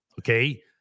Okay